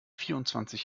vierundzwanzig